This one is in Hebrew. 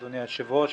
אדוני היושב-ראש,